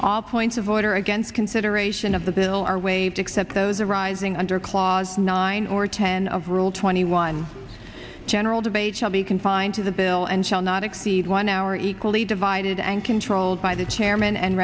all points of order against consideration of the bill are waived except those arising under clause nine or ten of rule twenty one general debate shall be confined to the bill and shall not exceed one hour equally divided and controlled by the chairman and